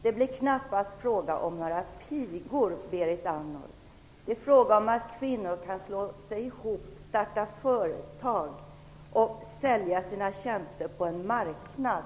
Det blir knappast fråga om några pigor, Berit Andnor. Det är i stället fråga om att kvinnor kan slå sig ihop, starta företag och sälja sina tjänster på en marknad.